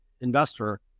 investor